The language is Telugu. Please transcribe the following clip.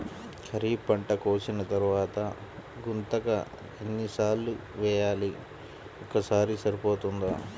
ఖరీఫ్ పంట కోసిన తరువాత గుంతక ఎన్ని సార్లు వేయాలి? ఒక్కసారి సరిపోతుందా?